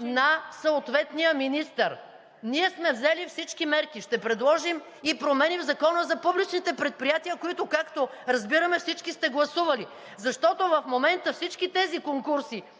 на съответния министър. Ние сме взели всички мерки. Ще предложим и промени в Закона за публичните предприятия, които, както разбираме, всички сте гласували. Защото в момента всички тези конкурси,